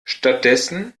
stattdessen